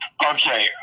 Okay